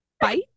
Bite